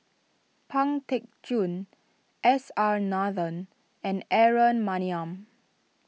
Pang Teck Joon S R Nathan and Aaron Maniam